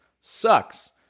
sucks